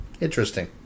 Interesting